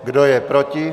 Kdo je proti?